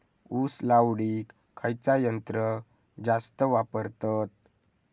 ऊस लावडीक खयचा यंत्र जास्त वापरतत?